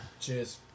Cheers